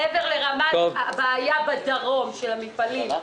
מעבר לרמת הבעיה של המפעלים בדרום,